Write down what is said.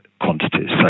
quantities